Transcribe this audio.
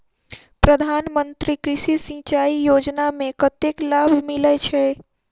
प्रधान मंत्री कृषि सिंचाई योजना मे कतेक लाभ मिलय छै?